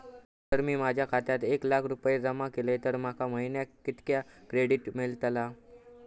जर मी माझ्या खात्यात एक लाख रुपये जमा केलय तर माका महिन्याक कितक्या क्रेडिट मेलतला?